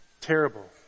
terrible